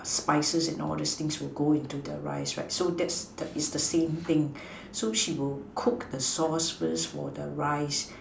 spices and all those thing would go into the rice right so that's the it's the same thing she would cook the sauce first for the rice